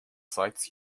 sights